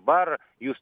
dabar jūs